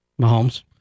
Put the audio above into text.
Mahomes